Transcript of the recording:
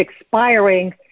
expiring